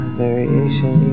variation